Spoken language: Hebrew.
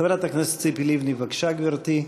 חברת הכנסת ציפי לבני, בבקשה, גברתי.